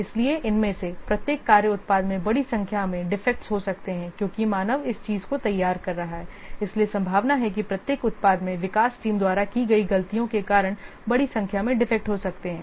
इसलिए इनमें से प्रत्येक कार्य उत्पाद में बड़ी संख्या में डिफेक्टस हो सकते हैं क्योंकि मानव इस चीज को तैयार कर रहा है इसलिए संभावना है कि प्रत्येक उत्पाद में विकास टीम द्वारा की गई गलतियों के कारण बड़ी संख्या में डिफेक्ट हो सकते हैं